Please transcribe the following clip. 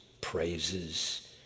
praises